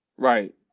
Right